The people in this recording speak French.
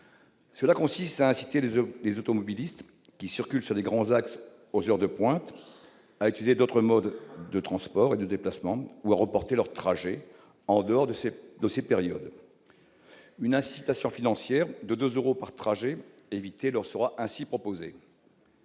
Cela consiste à inciter les automobilistes qui circulent sur les grands axes aux heures de pointe à utiliser d'autres modes de déplacement ou à reporter leurs trajets en dehors de ces périodes. Une incitation financière de 2 euros par trajet évité leur sera ainsi proposée.